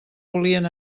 volien